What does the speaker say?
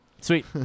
Sweet